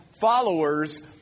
followers